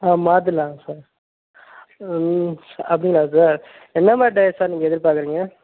ஆ மாத்திடலாங்க சார் அப்படிங்களா சார் என்ன மாதிரி டயர் சார் நீங்கள் எதிர்பார்க்கறீங்க